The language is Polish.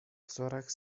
wzorach